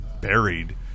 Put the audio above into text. buried